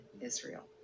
Israel